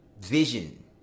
vision